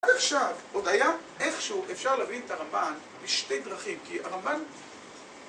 עד עכשיו, עוד היה איכשהו אפשר להבין את הרמב"ן בשתי דרכים כי הרמב"ן...